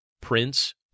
Prince